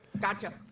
Gotcha